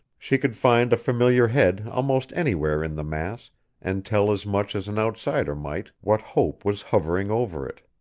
she could find a familiar head almost anywhere in the mass and tell as much as an outsider might what hope was hovering over it.